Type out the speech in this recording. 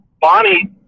Bonnie